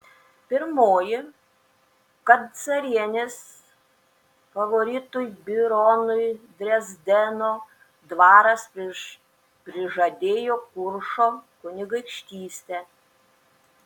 pirmoji kad carienės favoritui bironui dresdeno dvaras prižadėjo kuršo kunigaikštystę